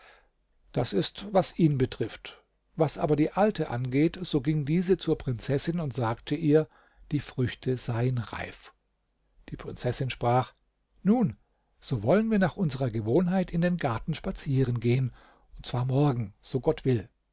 das ist was ihn betrifft was aber die alte angeht so ging diese zur prinzessin und sagte ihr die früchte seinen reif die prinzessin sprach nun so wollen wir nach unserer gewohnheit in den garten spazieren gehen und zwar morgen so gott will